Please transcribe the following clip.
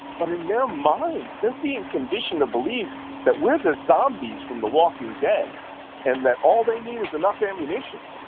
but in their minds, they're been conditioned to believe that we're the zombies from the walking dead and that all they need is enough ammunition.